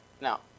Now